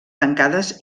tancades